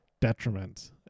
detriment